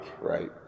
Right